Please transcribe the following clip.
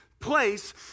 Place